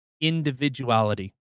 individuality